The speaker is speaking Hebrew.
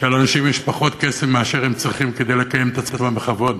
שלאנשים יש פחות כסף מאשר הם צריכים כדי לקיים את עצמם בכבוד,